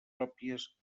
pròpies